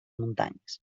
muntanyes